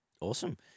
Awesome